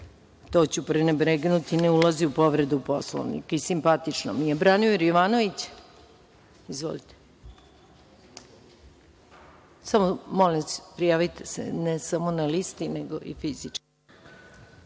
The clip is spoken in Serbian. To ću prenebregnuti, ne ulazi u povredu Poslovnika i simpatično mi je. Branimir Jovanović. Izvolite. Samo, molim vas, prijavite se, ne samo na listi, nego i fizički.